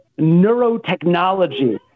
neurotechnology